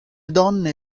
donne